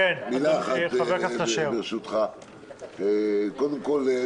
קודם כל,